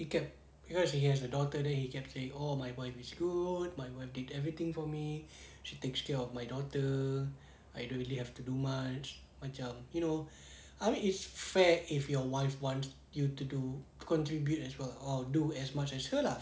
he can cause he has a daughter then he kept saying oh my wife is good my wife did everything for me she takes care of my daughter I don't really have to do much macam you know I mean it's fair if your wife wants you to do contribute as well or do as much as her lah